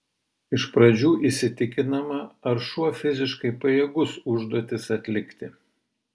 iš pradžių įsitikinama ar šuo fiziškai pajėgus užduotis atlikti